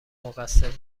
مقصر